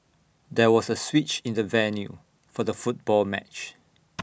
there was A switch in the venue for the football match